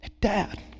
Dad